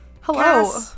Hello